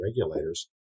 regulators